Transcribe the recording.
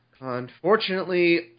Unfortunately